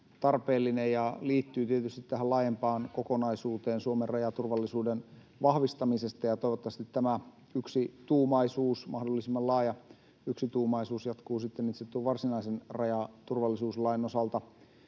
ja liittyy tietysti tähän laajempaan kokonaisuuteen Suomen rajaturvallisuuden vahvistamisesta. Toivottavasti tämä yksituumaisuus, mahdollisimman laaja yksituumaisuus, jatkuu sitten itse tuon varsinaisen rajaturvallisuuslain osalta